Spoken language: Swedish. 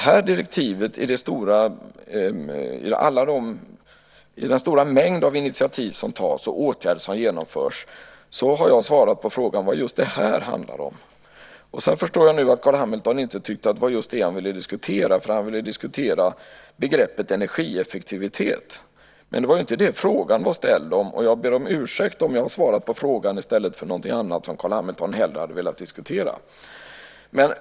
Av den stora mängd initiativ som tas och åtgärder som genomförs har jag svarat på frågan vad just det här direktivet handlar om. Nu förstår jag att Carl Hamilton inte tyckte att det var just det han ville diskutera, för han ville diskutera begreppet energieffektivitet. Men det var inte det frågan var ställd om. Jag ber om ursäkt om jag har svarat på frågan i stället för på någonting annat som Carl Hamilton hellre hade velat diskutera.